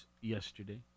yesterday